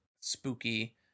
spooky